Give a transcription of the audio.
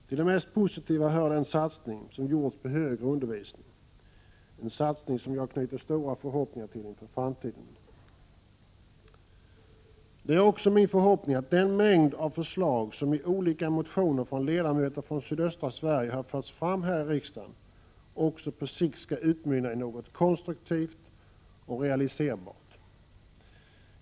Till det mest positiva hör den satsning som gjorts på högre undervisning, en satsning som jag knyter stora förhoppningar till inför framtiden. Det är också min förhoppning att den mängd av förslag som iolika motioner från ledamöter från sydöstra Sverige har tagits fram här i riksdagen på sikt skall utmynna i något konstruktivt och realiserbart.